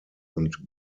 und